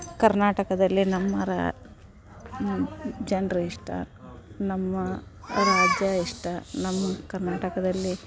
ಕರ್ನಾಟಕದಲ್ಲಿ ನಮ್ಮ ರಾ ಜನ್ರು ಇಷ್ಟ ನಮ್ಮ ರಾಜ್ಯ ಇಷ್ಟ ನಮ್ಮ ಕರ್ನಾಟಕದಲ್ಲಿ